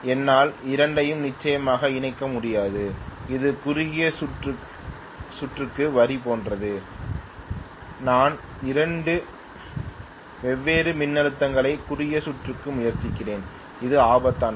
என்னால் இரண்டையும் நிச்சயமாக இணைக்க முடியாது அது குறுகிய சுற்றுக்கு வரி போன்றது நான் இரண்டு வெவ்வேறு மின்னழுத்தங்களை குறுகிய சுற்றுக்கு முயற்சிக்கிறேன் இது ஆபத்தானது